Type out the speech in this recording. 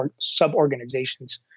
sub-organizations